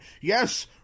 yes